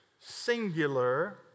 singular